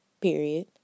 period